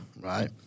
right